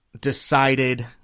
decided